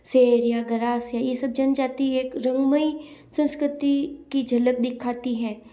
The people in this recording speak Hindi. सेहरिया गरासिया हैं ये सब जनजाति एक रंगमय संस्कृति की झलक दिखाते हैं